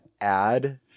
add